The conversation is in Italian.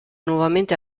nuovamente